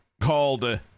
called